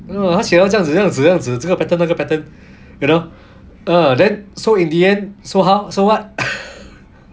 要写到这样子这样子这个 pattern 那个 pattern you know ah then so in the end so how so what